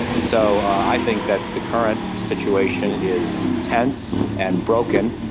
so i think that the current situation is tense and broken,